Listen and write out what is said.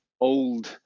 old